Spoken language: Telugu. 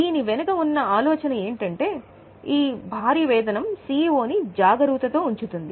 దీని వెనుక ఉన్న ఆలోచన ఏమిటంటే ఈ భారీ వేతనం సీఈఓ ని జాగరూకతతో ఉంచుతుంది